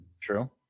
True